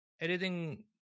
editing